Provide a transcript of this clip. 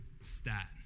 stat